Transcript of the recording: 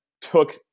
took